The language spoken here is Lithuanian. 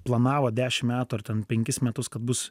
planavo dešimt metų ar ten penkis metus kad bus